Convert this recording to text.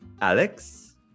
Alex